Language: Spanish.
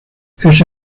ese